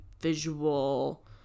visual